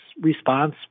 response